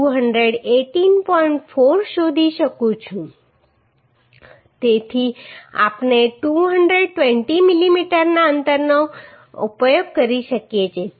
4 શોધી શકું છું મિલીમીટર તેથી આપણે 220 મિલીમીટરના અંતરનો ઉપયોગ કરી શકીએ છીએ